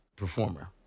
performer